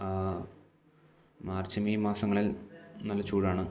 March May മാസങ്ങളിൽ നല്ല ചൂടാണ്